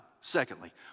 Secondly